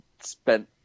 spent